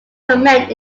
command